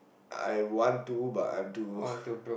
I want to but I'm too ppl